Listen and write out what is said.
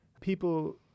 people